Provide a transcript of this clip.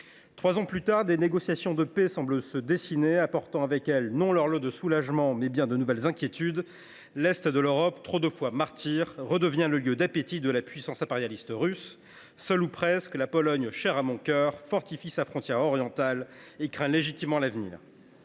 Trois ans plus tard, des négociations de paix semblent se dessiner, apportant leur lot non pas de soulagements, mais bien de nouvelles inquiétudes. L’est de l’Europe, trop de fois martyr, aiguise de nouveau l’appétit de la puissance impérialiste russe. Seule – ou presque –, la Pologne, chère à mon cœur, fortifie sa frontière orientale et craint légitimement l’avenir.